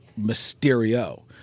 mysterio